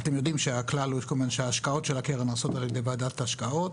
אתם יודעים שההשקעות של הקרן נעשות על ידי ועדת ההשקעות,